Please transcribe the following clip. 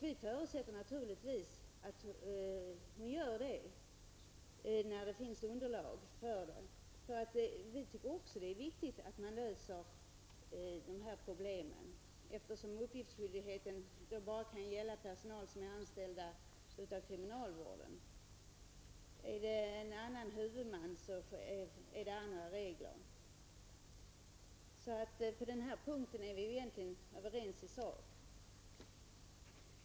Vi förutsätter naturligtvis att hon gör det när det finns underlag. Vi tycker också att det är viktigt att man löser dessa problem, eftersom uppgiftsskyldigheten bara kan gälla personal som är anställd av kriminalvården. Är det en annan huvudman tillämpas andra regler. Så på den punkten är vi egentligen överens i sak.